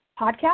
podcast